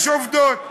יש עובדות.